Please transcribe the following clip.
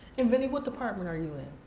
and vinnie, what department are you in?